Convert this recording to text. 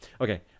Okay